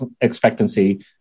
expectancy